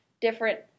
different